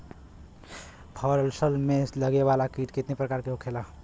फसल में लगे वाला कीट कितने प्रकार के होखेला?